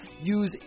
use